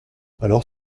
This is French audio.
alors